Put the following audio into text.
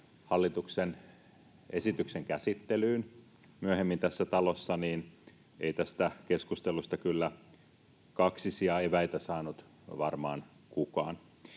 hallituksen esityksen käsittelyyn myöhemmin tässä talossa, niin ei tästä keskustelusta kyllä kaksisia eväitä saanut varmaan kukaan.